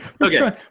Okay